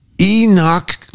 Enoch